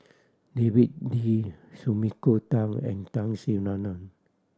David Lee Sumiko Tan and Tun Sri Lanang